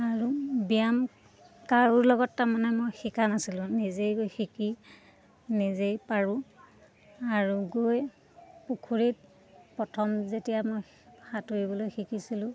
আৰু ব্যায়াম কাৰোৰ লগত তাৰমানে মই শিকা নাছিলোঁ নিজেই গৈ শিকি নিজেই পাৰোঁ আৰু গৈ পুখুৰীত প্ৰথম যেতিয়া মই সাঁতুৰিবলৈ শিকিছিলোঁ